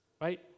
right